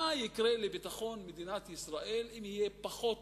מה יקרה לביטחון מדינת ישראל אם יהיה פחות